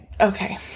Okay